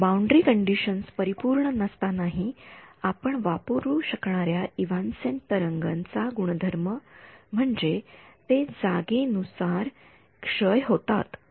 तर boundary conditions परिपूर्ण नसतानाही आपण वापरु शकणार्या इव्हॅन्सेंट तरंगांचा एक गुणधर्म म्हणजे ते जागेनुसार क्षय करतात